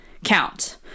Count